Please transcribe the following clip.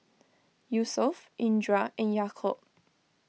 Yusuf Indra and Yaakob